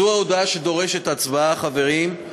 זו ההודעה שדורשת הצבעה, חברים.